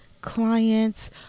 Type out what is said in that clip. clients